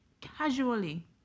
Casually